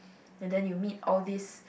and then you meet all these